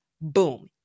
Boom